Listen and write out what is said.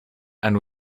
and